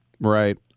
Right